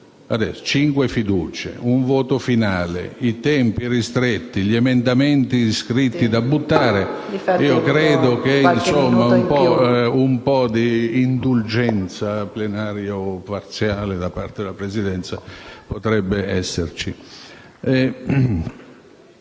cinque fiducie, un voto finale, i tempi ristretti, gli emendamenti scritti e da buttare, credo che un po' di indulgenza, plenaria o parziale, da parte della Presidenza potrebbe esserci.